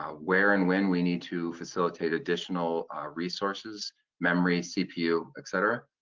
ah where and when we need to facilitate additional resources memory, cpu, etc.